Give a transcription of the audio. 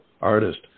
artist